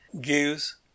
gives